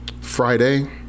Friday